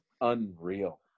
unreal